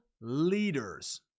leaders